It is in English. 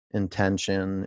intention